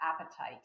appetite